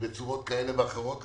בצורות כאלה ואחרות,